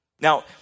now